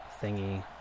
thingy